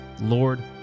Lord